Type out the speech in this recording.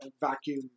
vacuum